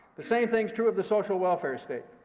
the same thing is true of the social welfare state.